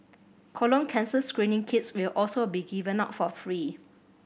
colon cancer screening kits will also be given out for free